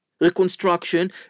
reconstruction